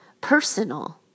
personal